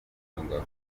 mahanga